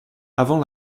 avant